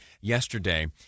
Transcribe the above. yesterday